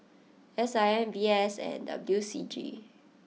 S I M V S and W C G